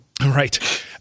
Right